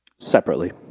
Separately